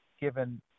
given